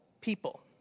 people